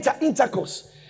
intercourse